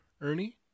ernie